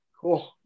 Cool